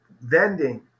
vending